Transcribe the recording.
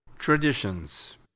Traditions